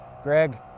Greg